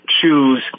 choose